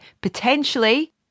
potentially